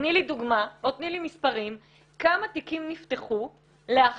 תני לי דוגמה או תני לי מספרים כמה תיקים נפתחו לאחר